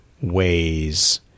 ways